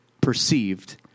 perceived